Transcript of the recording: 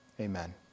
Amen